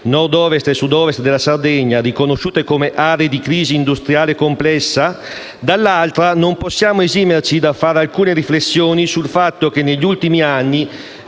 (Nord-Ovest e Sud-Ovest della Sardegna), riconosciute come aree di crisi industriale complessa, dall'altra non possiamo esimerci da fare alcune riflessioni sul fatto che negli ultimi anni